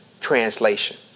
translation